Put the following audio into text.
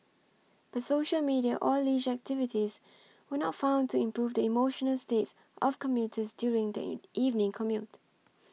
but social media or leisure activities were not found to improve the emotional states of commuters during the evening commute